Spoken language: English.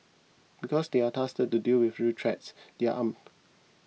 because they are tasked to deal with real threats they are armed